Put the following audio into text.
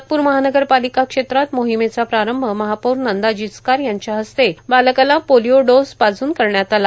नागपूर महानगर पालिका क्षेत्रात मोहिमेचा शभारंभ महापौर नंदा जिचकार यांच्या हस्ते बालकाला पोलिओ डोज पाजून करण्यात आला